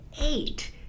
eight